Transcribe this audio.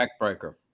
backbreaker